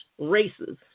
races